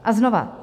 A znova.